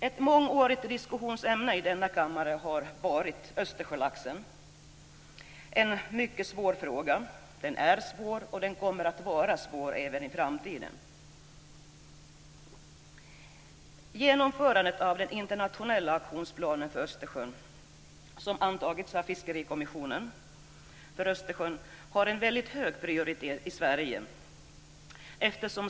Ett mångårigt diskussionsämne i denna kammare har varit Östersjölaxen - en mycket svår fråga som kommer att vara svår även i framtiden. Genomförandet av den internationella aktionsplanen för Östersjölaxen, som antagits av Fiskerikommissionen för Östersjön, har en väldigt hög prioritet i Sverige.